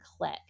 click